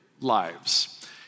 lives